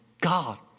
God